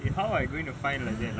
eh how I'm going to find like that lah